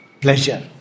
pleasure